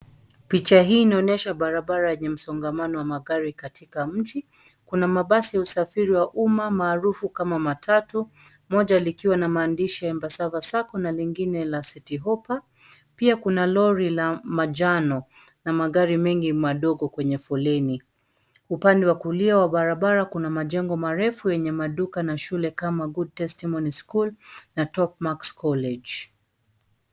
Picha hii inaonyesha barabara yenye msongamano wa magari katika mji. Kuna mabasi ya usafiri ya umma maarufu kama matatu, moja likiwa na maandishi ya Embassava SACCO na lingine la City Hoppa. Pia kuna lori la manjano na magari mengi madogo kwenye foleni. Upande wa kulia wa barabara kuna majengo marefu yenye maduka na shule kama Good Testimony School na Top Marks College.